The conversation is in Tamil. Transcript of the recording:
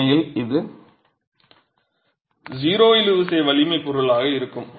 உண்மையில் இது 0 இழுவிசை வலிமை பொருளாக இருக்கும்